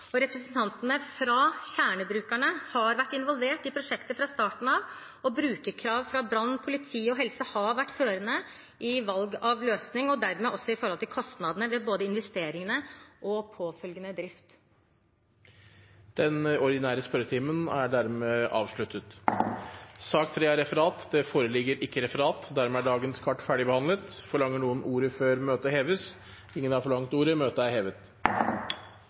fra kjernebrukerne har vært involvert i prosjektet fra starten av, og brukerkrav fra brannvesen, politi og helsevesen har vært førende i valg av løsning og dermed også når det gjelder kostnadene ved både investeringene og påfølgende drift. Dermed er sak nr. 2 ferdigbehandlet. Det foreligger ikke noe referat. Dermed er dagens kart ferdigbehandlet. Forlanger noen ordet før møtet heves? – Møtet er hevet.